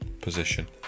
position